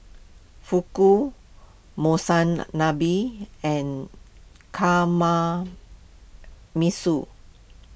Fugu Monsunabe and